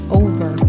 over